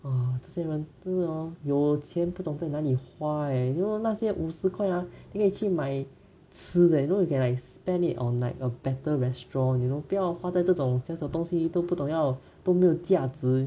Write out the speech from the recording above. !wah! 这些人真的 hor 有钱不懂在哪里花 leh you know 那些五十块啊可以去买吃 leh you know you can like spend it on like a better restaurant you know 不要花在这种小小东西都不懂要都没有价值